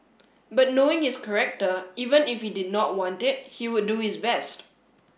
but knowing his character even if he did not want it he would do his best